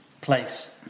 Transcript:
place